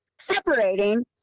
separating